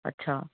अच्छा